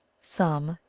some,